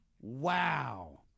Wow